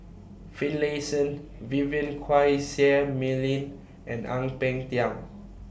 Finlayson Vivien Quahe Seah Mei Lin and Ang Peng Tiam